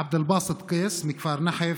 עבד אלבאסט קייס מכפר נחף,